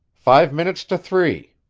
five minutes to three.